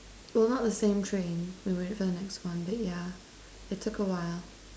well not the same train we waited for the next one but yeah it took a while